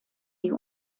die